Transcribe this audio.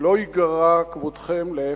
לא ייגרע כבודכם, להיפך,